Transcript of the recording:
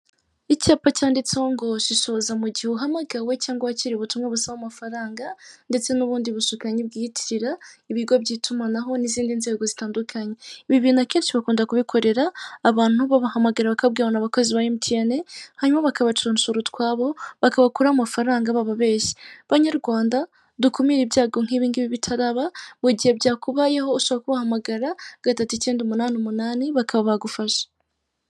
Icyapa cyanditseho ngo shishoza mu gihe uhamagawe cyangwa wakiriye ubutumwa busaba amafaranga ndetse n'ubundi bushukanyi bwiyitirira ibigo by'itumanaho n'izindi nzego zitandukanye. Ibi bintu akenshi bakunda kubikorera abantu babahamagara bakababwira ko ari abakozi ba Emutiyeni, hanyuma bakabacocora utwabo bakabakuramo amafaranga bababeshye. Banyarwanda dukumire ibyago nk'ibi ngibi bitaraba, mu gihe byakubayeho ushobora kubahamagara, gatatu icyenda umunani umunani bakaba bagufasha.